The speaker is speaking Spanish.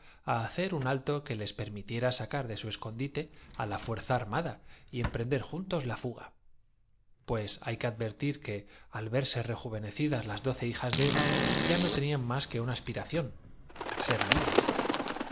á hacer un alto que les permitiera sacar de su escondite á la fuerza armada y emprender juntos la fuga pues hay que advertir que al verse rejuvenecidas las doce hijas eparadas las averías causadas por de eva ya no tenían más que una aspiración ser la retro libres